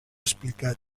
explicat